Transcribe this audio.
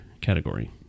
category